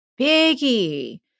biggie